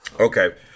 Okay